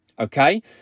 okay